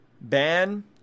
ban